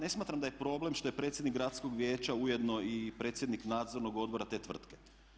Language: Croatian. Ne smatram da je problem što je predsjednik Gradskog vijeća ujedno i predsjednik Nadzornog odbora te tvrtke.